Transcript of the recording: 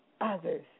others